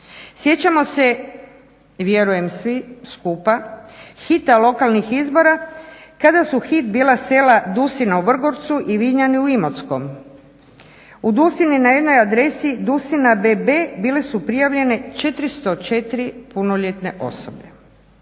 Sjećamo se vjerujem svi skupa hita lokalnih izbora kada su hit bila sela Dusina u Vrgorcu i Vinjani u Imotskom. U Dusini na jednom adresi Dusina bb bile su prijavljene 404 punoljetne osobe